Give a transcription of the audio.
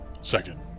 Second